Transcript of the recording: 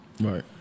Right